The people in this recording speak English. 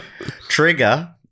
Trigger